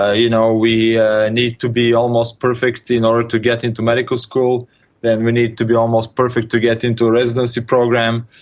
ah you know we need to be almost perfect in order to get into medical school and then we need to be almost perfect to get into a residency program,